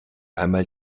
einmal